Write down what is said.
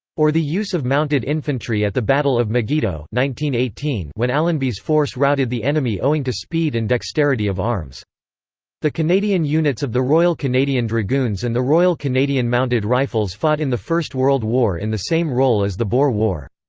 or the use of mounted infantry at the battle of megiddo when allenby's force routed the enemy owing to speed and dexterity of arms the canadian units of the royal canadian dragoons and the royal canadian mounted rifles fought in the first world war in the same role as the boer war.